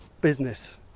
business